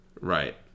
right